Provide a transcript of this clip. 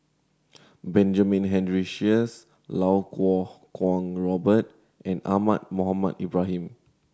Benjamin Henry Sheares Iau Kuo Kwong Robert and Ahmad Mohamed Ibrahim